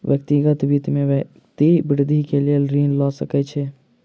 व्यक्तिगत वित्त में व्यक्ति वृद्धि के लेल ऋण लय सकैत अछि